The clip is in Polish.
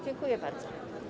Dziękuję bardzo.